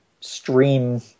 stream